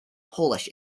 polish